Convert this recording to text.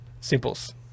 Simple's